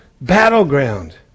battleground